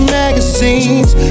magazines